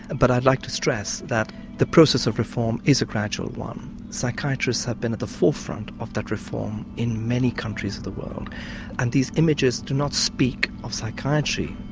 but i'd like to stress that the process of reform is a gradual one psychiatrists have been at the forefront of that reform in many countries of the world and these images do not speak of psychiatry,